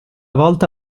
volta